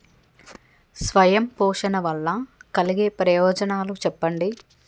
స్వయం పోషణ వల్ల కలిగే ప్రయోజనాలు చెప్పండి?